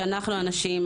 שאנחנו הנשים,